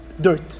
dirt